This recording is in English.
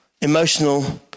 emotional